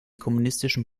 kommunistischen